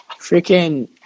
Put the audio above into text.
Freaking